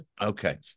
Okay